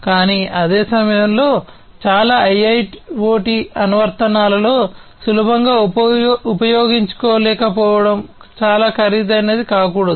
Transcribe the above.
కానీ అదే సమయంలో చాలా IIoT అనువర్తనాలలో సులభంగా ఉపయోగించలేకపోవడం చాలా ఖరీదైనది కాకూడదు